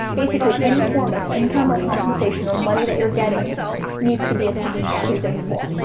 basically any form of income or compensation or money that you're getting needs to be attached to this form.